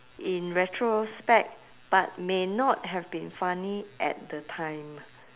in retrospect but may not have been funny at the time